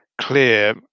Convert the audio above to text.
clear